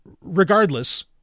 regardless